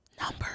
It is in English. Number